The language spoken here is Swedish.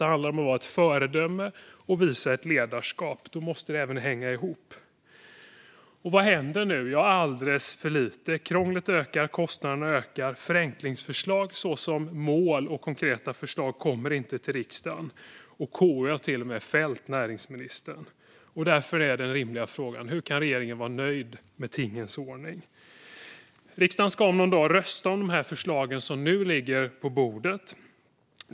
Det handlar om att vara ett föredöme och visa ledarskap, och då måste det hänga ihop. Vad händer nu? Alldeles för lite. Krånglet ökar, kostnaderna ökar och förenklingsförslag såsom mål och konkreta förslag kommer inte till riksdagen. Och KU har till och med fällt näringsministern. Därför är den rimliga frågan: Hur kan regeringen vara nöjd med tingens ordning? Riksdagen ska om någon dag rösta om de förslag som nu ligger på bordet.